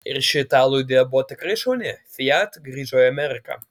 ir ši italų idėja buvo tikrai šauni fiat grįžo į ameriką